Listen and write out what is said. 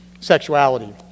sexuality